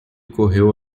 correu